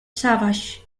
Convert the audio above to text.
savage